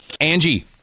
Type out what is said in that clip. Angie